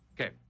Okay